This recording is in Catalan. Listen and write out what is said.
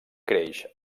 creix